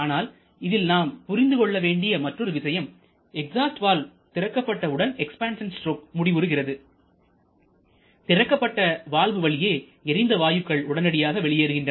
ஆனால் இதில் நாம் புரிந்து கொள்ள வேண்டிய மற்றொரு விஷயம் எக்ஸாஸ்ட் வால்வு திறக்கப்பட்ட உடன் எக்ஸ்பான்சன் ஸ்ட்ரோக் முடிவுறுகிறதுதிறக்கப்பட்ட வால்வு வழியே எரிந்த வாயுக்கள் உடனடியாக வெளியேறுகின்றன